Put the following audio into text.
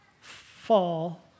fall